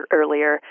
earlier